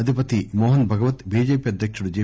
అధిపతి మోహన్ భగవత్ బిజిపి అధ్యకుడు జె